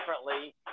differently